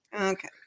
Okay